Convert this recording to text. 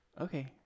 Okay